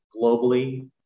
globally